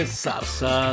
salsa